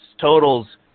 totals